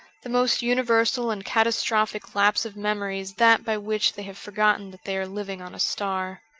the most universal and catastrophic lapse of memory is that by which they have forgotten that they are living on a star.